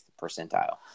percentile